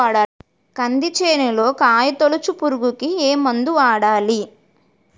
కంది చేనులో కాయతోలుచు పురుగుకి ఏ మందు వాడాలి?